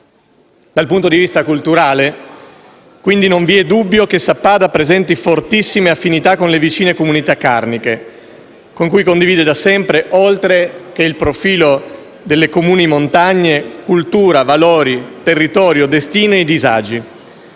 Dal punto di vista culturale, quindi, non vi è dubbio che Sappada presenti fortissime affinità con le vicine comunità carniche, con cui condivide da sempre, oltre che il profilo delle comuni montagne, cultura, valori, territorio, destino e disagi,